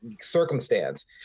circumstance